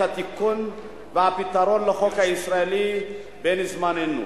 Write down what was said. התיקון והפתרון לחוק הישראלי בן-זמננו.